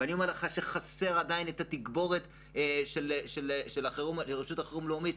ואני אומר לך שחסרה עדיין התגבורת של רשות החירום הלאומית,